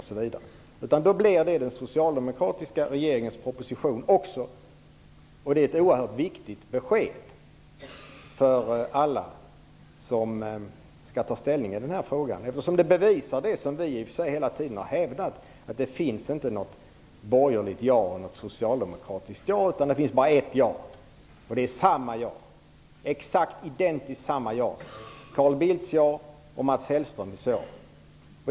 Den tidigare framlagda propositionen blir också den socialdemokratiska regeringens proposition. Det är ett oerhört viktigt besked för alla som skall ta ställning i denna fråga. Det bevisar nämligen det som vi i Miljöpartiet de gröna hela tiden hävdat, nämligen att det inte finns något borgerligt ja eller något socialdemokratiskt ja. Det finns bara ett ja. Och det är exakt, identiskt, samma ja. Carl Bildts ja är samma ja som Mats Hellströms ja.